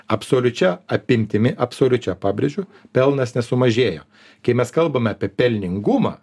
absoliučia apimtimi absoliučia pabrėžiu pelnas nesumažėjo kai mes kalbame apie pelningumą